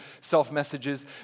self-messages